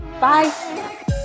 Bye